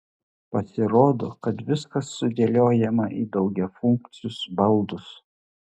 pasirodo kad viskas sudėliojama į daugiafunkcius baldus